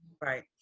Right